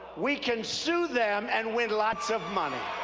we can sue them and win lots of money.